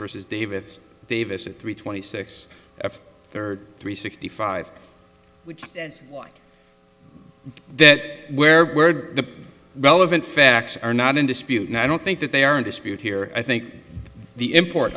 versus david davis at three twenty six a third three sixty five which is why that where were the relevant facts are not in dispute and i don't think that they are in dispute here i think the import